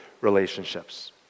relationships